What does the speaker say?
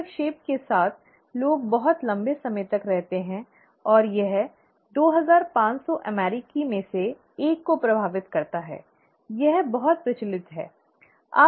हस्तक्षेप के साथ लोग बहुत लंबे समय तक रहते हैं और यह दो हजार पांच सौ अमेरिकी में एक को प्रभावित करता है यह बहुत प्रचलित है